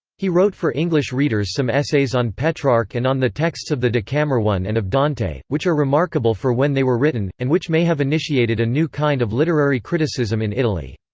he wrote for english readers some essays on petrarch and on the texts of the decamerone and of dante, which are remarkable for when they were written, and which may have initiated a new kind of literary criticism in italy.